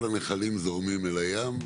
כל הנחלים זורמים אל הים,